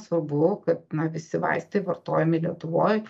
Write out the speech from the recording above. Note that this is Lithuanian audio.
svarbu kad na visi vaistai vartojami lietuvoj